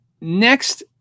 Next